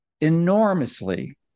enormously